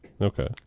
Okay